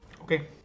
Okay